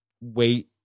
wait